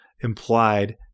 implied